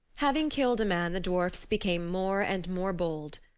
having killed a man the dwarfs became more and more bold.